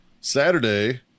Saturday